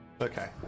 Okay